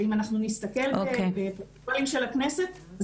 ואם אנחנו נסתכל בפרוטוקולים של הכנסת,